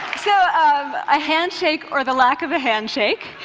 so um a handshake, or the lack of a handshake,